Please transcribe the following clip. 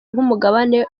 nk’umugabane